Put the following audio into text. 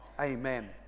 Amen